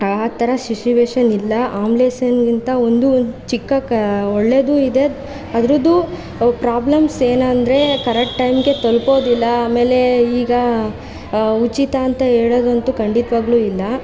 ಆ ಥರ ಸಿಶುವೇಷನ್ ಇಲ್ಲ ಆಂಬ್ಲೆನ್ಸನ್ಗಿಂತಾ ಒಂದು ಚಿಕ್ಕ ಕ ಒಳ್ಳೆದೂ ಇದೆ ಅದ್ರದ್ದು ಪ್ರಾಬ್ಲಮ್ಸ್ ಏನಂದರೆ ಕರೆಟ್ ಟೈಮಿಗೆ ತಲುಪೋದಿಲ್ಲ ಆಮೇಲೆ ಈಗ ಉಚಿತ ಅಂತ ಹೇಳೋದಂತು ಖಂಡಿತ್ವಾಗ್ಲೂಇಲ್ಲ